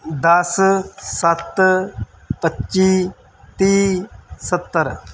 ਦਸ ਸੱਤ ਪੱਚੀ ਤੀਹ ਸੱਤਰ